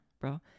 Bro